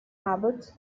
abbots